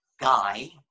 guy